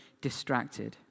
distracted